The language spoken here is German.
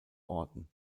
orten